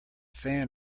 fan